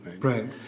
right